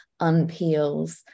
unpeels